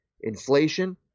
inflation